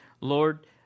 Lord